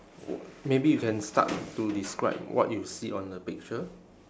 w~ maybe you can start to describe what you see on the picture